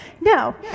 no